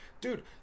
dude